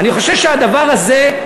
אני חושב שהדבר הזה,